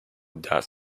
that